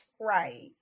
Right